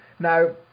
Now